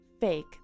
fake